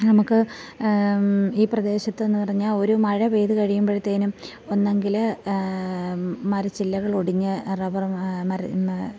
നമുക്ക് ഈ പ്രദേശത്തെന്ന് പറഞ്ഞാൽ ഒരു മഴ പെയ്തു കഴിയുമ്പഴത്തേനും ഒന്നെങ്കിൽ മരച്ചില്ലകൾ ഒടിഞ്ഞ് റബറ് മര